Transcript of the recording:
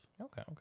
okay